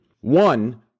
One